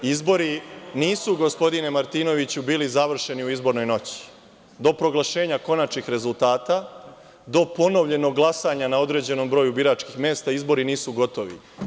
Izbori nisu gospodine Martinoviću bili završeni u izbornoj noći, do proglašenja konačnih rezultata, do ponovljenog glasanja na određenom broju biračkih mesta izbori nisu gotovi.